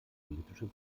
politisches